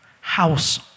house